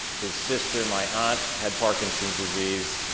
his sister, my aunt had parkinson's disease,